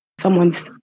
someone's